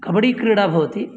कबडिक्रीडा भवति